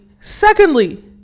secondly